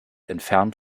entfernt